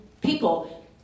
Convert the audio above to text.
people